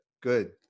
good